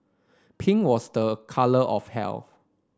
pink was the colour of health